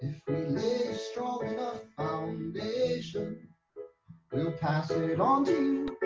strong enough foundation we'll pass it on to